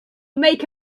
make